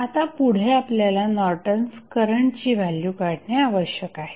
आता पुढे आपल्याला नॉर्टन्स करंटची व्हॅल्यू काढणे आवश्यक आहे